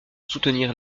soutenir